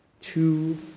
two